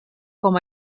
com